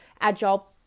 Agile